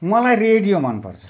मलाई रेडियो मनपर्छ